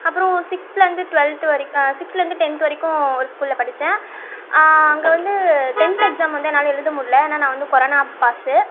அப்றம் சிக்ஸ்த்துலேருந்து டுவல்த் வரைக்கும் சிக்ஸ்த்தலேருந்து டென்த் வரைக்கும் ஒரு ஸ்கூலில் படித்தேன் அங்கே வந்து டென்த் எக்ஸாம் வந்து என்னால் எழுத முடியல ஏன்னால் நான் வந்து கொரானா பாஸு